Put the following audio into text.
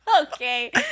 Okay